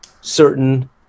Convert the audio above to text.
certain